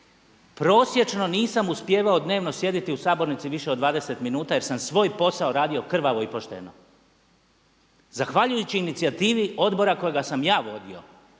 Prosječno nisam uspijevao dnevno sjediti u sabornici više od 20 minuta jer sam svoj posao radio krvavo i pošteno zahvaljujući inicijativi odbora kojega sam ja vodio.